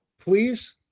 please